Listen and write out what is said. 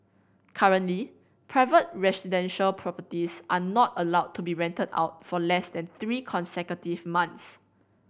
currently private residential properties are not allowed to be rented out for less than three consecutive months